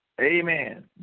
Amen